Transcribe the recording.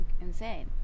insane